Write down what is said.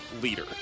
leader